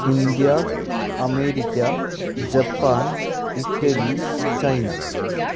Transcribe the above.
India America Japan Italy China